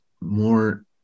more